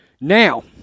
Now